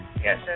Yes